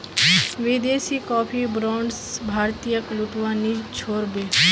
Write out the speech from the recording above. विदेशी coffee brands भारतीयेक लूटवा नी छोड़ बे